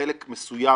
חלק מסוים,